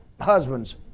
husbands